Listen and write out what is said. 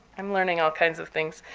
i'm learning all kinds of things.